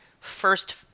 first